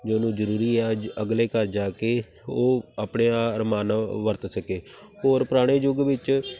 ਜੋ ਉਹਨੂੰ ਜ਼ਰੂਰੀ ਆ ਅਗਲੇ ਘਰ ਜਾ ਕੇ ਉਹ ਆਪਣੇ ਆ ਵਰਤ ਸਕੇ ਹੋਰ ਪੁਰਾਣੇ ਯੁੱਗ ਵਿੱਚ